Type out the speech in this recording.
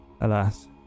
Alas